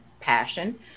passion